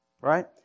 right